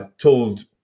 told